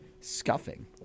Scuffing